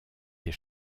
des